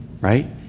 right